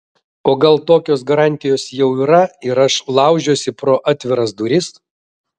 o gal tokios garantijos jau yra ir aš laužiuosi pro atviras duris